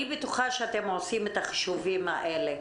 אני בטוחה שאתם עושים את החישובים האלה.